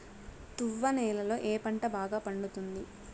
తువ్వ నేలలో ఏ పంట బాగా పండుతుంది?